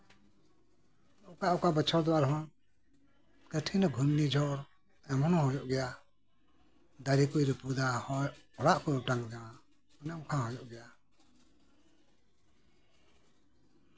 ᱚᱠᱟ ᱚᱠᱟ ᱵᱚᱪᱷᱚᱨ ᱫᱚ ᱟᱨᱦᱚᱸ ᱠᱟᱹᱴᱷᱤᱱᱮ ᱜᱷᱩᱨᱱᱤ ᱡᱷᱚᱲ ᱮᱢᱚᱱ ᱦᱚᱸ ᱦᱩᱭᱩᱜ ᱜᱮᱭᱟ ᱫᱟᱨᱮ ᱠᱚᱭ ᱨᱟᱹᱯᱩᱫᱟ ᱚᱲᱟᱜ ᱠᱚᱭ ᱚᱴᱟᱝᱫᱟ ᱚᱱᱮ ᱚᱱᱠᱟ ᱦᱩᱭᱩᱜ ᱜᱮᱭᱟ